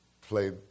played